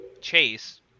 Chase